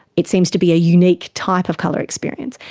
it seems to be a unique type of colour experience.